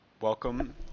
Welcome